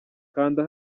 kanda